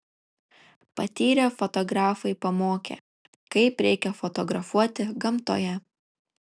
patyrę fotografai pamokė kaip reikia fotografuoti gamtoje